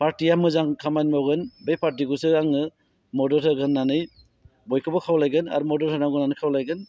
पार्टिया मोजां खामानि मावगोन बे पार्टिखौसो आङो मदद होगोन होनानै बयखौबो खावलायगोन आरो मदद होनांगौ होनानै खावलायगोन